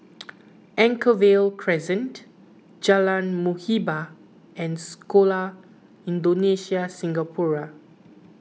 Anchorvale Crescent Jalan Muhibbah and Sekolah Indonesia Singapura